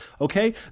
okay